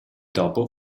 dopo